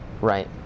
Right